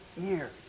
years